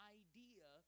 idea